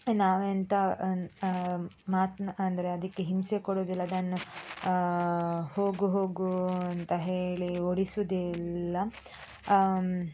ನಾವೆಂತ ಮಾತನ್ನು ಅಂದರೆ ಅದಕ್ಕೆ ಹಿಂಸೆ ಕೊಡುವುದಿಲ್ಲ ಅದನ್ನು ಹೋಗು ಹೋಗು ಅಂತ ಹೇಳಿ ಓಡಿಸುವುದಿಲ್ಲ